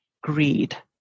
greed